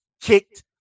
kicked